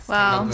Wow